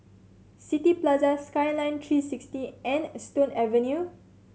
City Plaza Skyline tree sixty and Stone Avenue